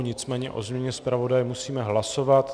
Nicméně o změně zpravodaje musíme hlasovat.